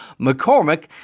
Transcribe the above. McCormick